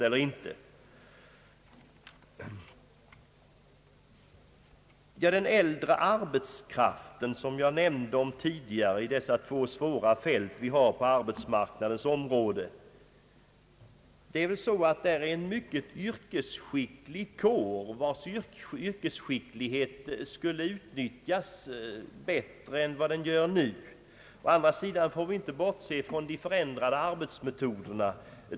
Jag omnämnde tidigare den äldre arbetskraften som ett av de två svåra fälten på arbetsmarknaden. Det gäller en mycket yrkesskicklig kår, vars yrkesskicklighet skulle kunna utnyttjas bättre än som nu är fallet. Å andra sidan får vi inte bortse från de förändrade arbetsmetoderna.